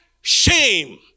shame